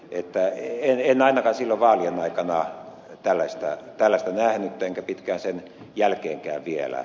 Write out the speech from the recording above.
en ainakaan silloin vaalien aikana tällaista nähnyt enkä pitkään sen jälkeenkään vielä